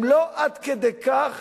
הם לא עד כדי כך